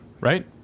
right